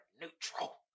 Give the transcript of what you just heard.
neutral